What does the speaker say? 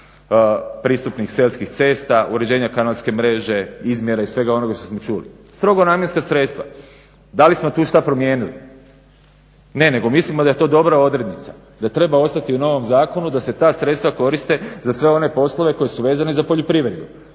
pristupnih selskih cesta, uređenja kanalske mreže, izmjere i svega onoga što smo čuli, strogo namjenska sredstva. Da li smo tu šta promijenili? Ne, nego mislimo da je to dobra odrednica, da treba ostati u novom zakonu da se ta sredstva koriste za sve one poslove koji su vezani za poljoprivredu,